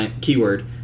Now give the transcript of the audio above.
keyword